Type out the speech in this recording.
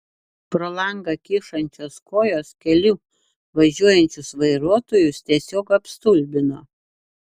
pro langą kyšančios kojos keliu važiuojančius vairuotojus tiesiog apstulbino